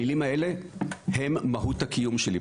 המילים האלה הן מהות הקיום שלי.